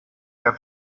der